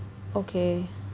okay